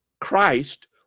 Christ